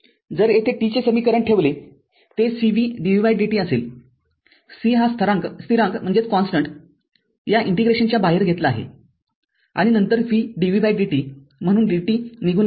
जर येथे t चे समीकरण ठेवले ते cv dvdt असेल c हा स्थिरांक या ∫च्या बाहेर घेतला आहे आणि नंतर v dvdt म्हणून dt निघून गेले आहे